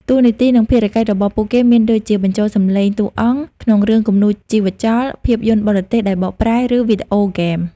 តួនាទី និងភារកិច្ចរបស់ពួកគេមានដូចជា បញ្ចូលសំឡេងតួអង្គ ក្នុងរឿងគំនូរជីវចល ភាពយន្តបរទេសដែលបកប្រែ ឬវីដេអូហ្គេម។